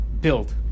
build